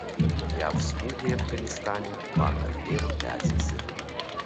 jav smūgiai afganistane vakar vėl tęsėsi